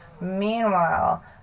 Meanwhile